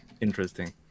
interesting